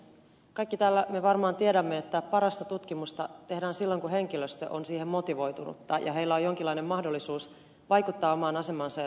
kaikki täällä me varmaan tiedämme että parasta tutkimusta tehdään silloin kun henkilöstö on siihen motivoitunutta ja heillä on jonkinlainen mahdollisuus vaikuttaa omaan asemaansa ja työtehtäviinsä